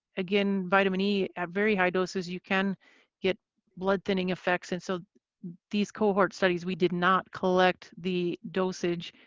again, vitamin e at very high doses you can get blood thinning effects. in so these cohort studies, we did not collect the dosage.